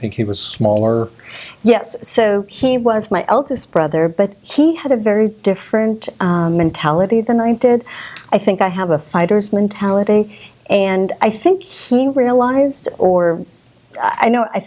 think he was smaller yes so he was my oldest brother but he had a very different mentality the ninth did i think i have a fighter's mentality and i think he realized or i know i